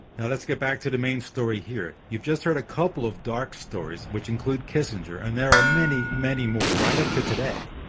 now let's get back to the main story here you've just heard a couple of dark stories which include kissinger, and there are many, many more right up to today.